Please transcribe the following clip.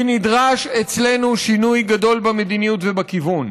כי נדרש אצלנו שינוי גדול במדיניות ובכיוון.